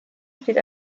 steht